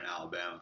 Alabama